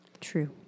True